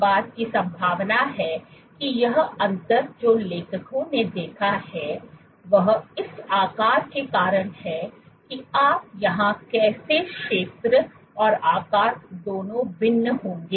इस बात की संभावना है कि यह अंतर जो लेखकों ने देखा है वह इस आकार के कारण है कि आप यहाँ कैसे क्षेत्र और आकार दोनों भिन्न होंगे